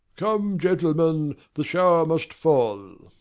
come gentlemen, the showre must fall.